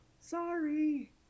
Sorry